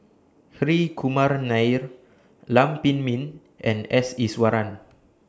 Hri Kumar Nair Lam Pin Min and S Iswaran